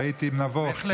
הייתי נבוך,